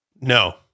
No